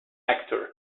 actor